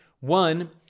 one